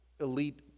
elite